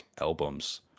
albums